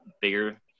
bigger